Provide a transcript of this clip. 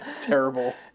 Terrible